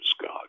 God